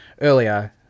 earlier